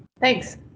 Thanks